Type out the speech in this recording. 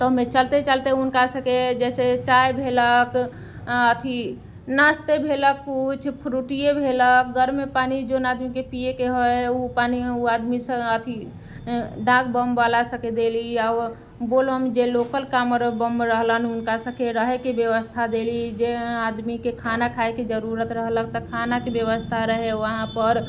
तऽ ओहिमे चलते चलते हुनकासभकेँ जैसे चाय भेलक अथी नाश्ते भेलक किछु फ़्रूटीए भेलक गरम पानि जोन आदमीके पीयैके होइ ओ पानि ओ आदमीसब अथी डाकबमवला सवके देली आओर बोलबम जे लोकल काँवर बम रहलनि हुनकासभके रहयके व्यवस्था देली जे आदमीके खाना खाइके जरूरत रहलक तऽ खानाके व्यवस्था रहय वहाँपर